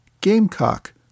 Gamecock